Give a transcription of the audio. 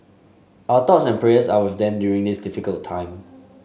our thoughts and prayers are with them during this difficult time